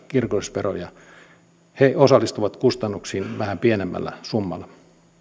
kirkollisveroja he osallistuvat kustannuksiin vähän pienemmällä summalla